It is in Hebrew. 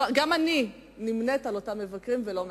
גם אני נמנית עם אותם מבקרים, ולא מעט.